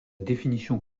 définition